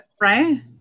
Right